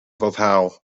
foddhaol